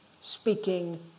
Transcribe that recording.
speaking